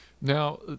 now